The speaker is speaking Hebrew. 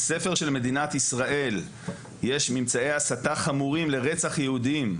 ספר של מדינת ישראל יש ממצאי הסתה חמורים לרצח יהודים,